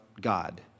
God